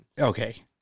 okay